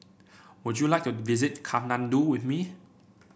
would you like to visit Kathmandu with me